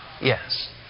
Yes